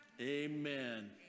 Amen